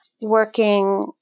working